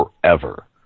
forever